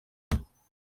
yifuza